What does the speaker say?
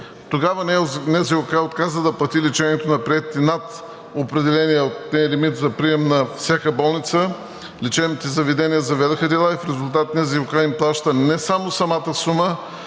Тогава НЗОК отказа да плати лечението на приетите над определения от нея лимит за прием на всяка болница, лечебните заведения заведоха дела и в резултат НЗОК им плаща не само самата сума,